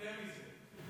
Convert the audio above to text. יותר מזה,